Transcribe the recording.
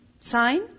sign